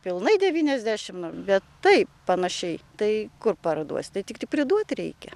pilnai devyniasdešimt nu bet taip panašiai tai kur parduosi tai tiktai priduot reikia